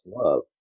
love